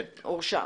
נוסף.